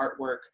artwork